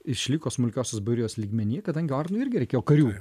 išliko smulkiosios bajorijos lygmeny kadangi ordinui irgi reikėjo karių